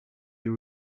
you